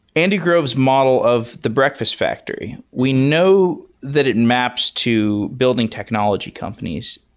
andy grove's model of the breakfast factory. we know that it maps to building technology companies.